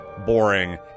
boring